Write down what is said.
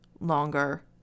longer